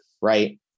right